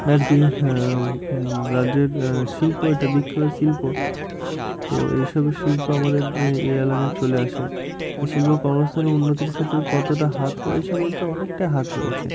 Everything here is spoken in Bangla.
আর কি রাজ্যের শিল্প এটা বিখ্যাত শিল্প তো এইসব শিল্প আমাদের এই এই এলাকায় চলে আসে এই শিল্প কর্মস্থানে উন্নতির ক্ষেত্রে কতটা হাত রয়েছে বলতে অনেকটাই হাত রয়েছে